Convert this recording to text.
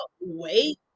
wait